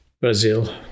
Brazil